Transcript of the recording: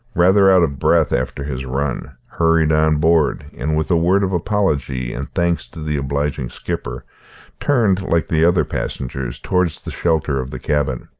rather out of breath after his run, hurried on board, and with a word of apology and thanks to the obliging skipper turned, like the other passengers, towards the shelter of the cabin.